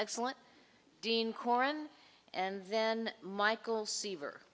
excellent dean coren and then michael seaver